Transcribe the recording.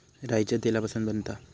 राईच्या तेलापासून बनता